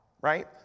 right